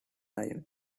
time